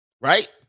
Right